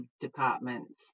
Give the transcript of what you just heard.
departments